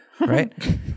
Right